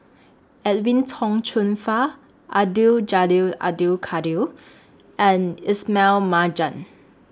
Edwin Tong Chun Fai Abdul Jalil Abdul Kadir and Ismail Marjan